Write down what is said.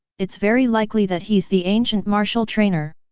it's very likely that he's the ancient martial trainer?